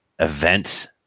events